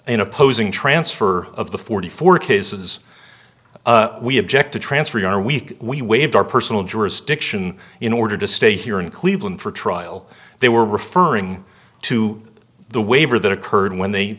in opposing transfer of the forty four cases we object to transfer our week we waived our personal jurisdiction in order to stay here in cleveland for trial they were referring to the waiver that occurred when they